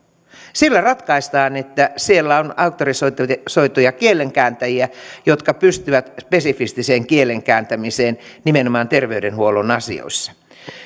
sillä ratkaistaan että siellä on auktorisoituja kielenkääntäjiä jotka pystyvät spesifiseen kielenkääntämiseen nimenomaan terveydenhuollon asioissa